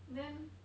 then